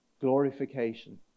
glorification